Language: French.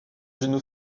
d’une